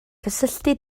cysylltu